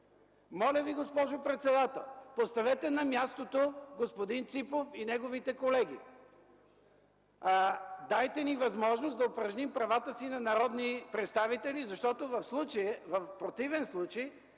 Моля Ви, госпожо председател, поставете на място господин Ципов и неговите колеги! Дайте ни възможност да упражним правата си на народни представители, защото в противен случай